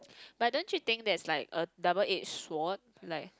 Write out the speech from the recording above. but don't you think that's like a double edged sword like